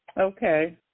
okay